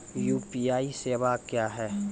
UPI सेवा क्या हैं?